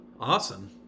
Awesome